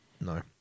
No